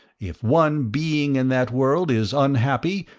if one being in that world is unhappy,